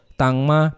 tangma